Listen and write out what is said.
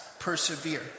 Persevere